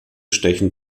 stechen